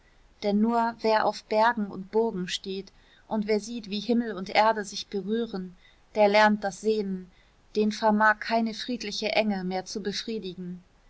denn nur wer auf bergen und burgen steht und wer sieht wie himmel und erde sich berühren der lernt das sehnen den vermag keine friedliche enge mehr zu befriedigen